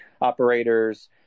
operators